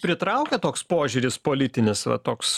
pritraukia toks požiūris politinis va toks